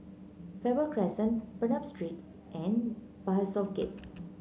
Faber Crescent Bernam Street and Bishopsgate